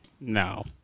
No